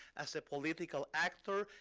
as a political actor,